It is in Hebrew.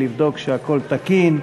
לבדוק שהכול תקין,